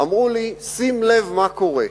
ואמרו לי: שים לב מה קורה,